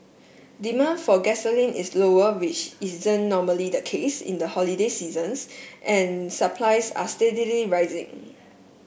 demand for gasoline is lower which isn't normally the case in the holiday seasons and supplies are steadily rising